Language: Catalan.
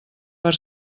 per